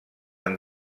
han